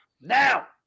Now